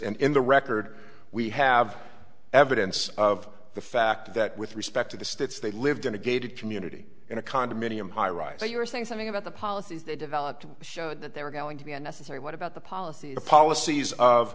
and in the record we have evidence of the fact that with respect to the states they lived in a gated community in a condominium high rise that you're saying something about the policies they developed showed that they were going to be unnecessary what about the policy the policies of